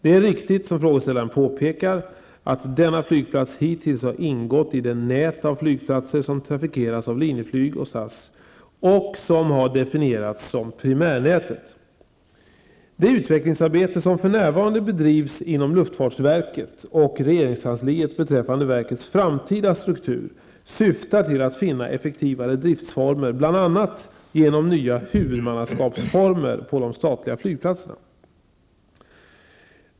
Det är riktigt som frågeställaren påpekar att denna flygplats hittills ingått i det nät av flygplatser som trafikeras av Linjeflyg och SAS och som har definierats som primärnätet. Det utvecklingsarbete som för närvarande bedrivs inom luftfartsverket och regeringskansliet beträffande verkets framtida struktur syftar till att finna effektivare driftsformer bl.a. genom nya huvudmannaskapsformer på de statliga flygplatserna.